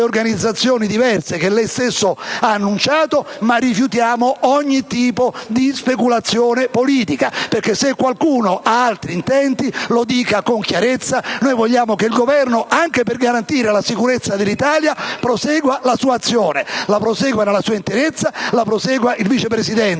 organizzazioni diverse che lei stesso ha annunciato. Rifiutiamo, però, ogni tipo di speculazione politica: se qualcuno ha altri intenti, lo dica con chiarezza. Noi vogliamo che il Governo, anche per garantire la sicurezza dell'Italia, prosegua la sua azione; chiediamo che lo faccia nella sua interezza, quindi con il vice presidente